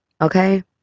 okay